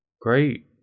Great